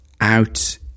out